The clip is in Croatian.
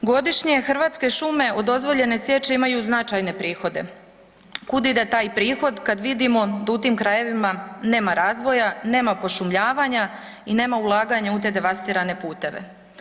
Godišnje Hrvatske šume od dozvoljene sječe imaju značajne prihode, kud ide taj prihod kad vidimo da u tim krajevima nema razvoja, nema pošumljavanja i nema ulaganja u te devastirane puteve.